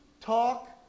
talk